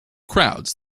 crowds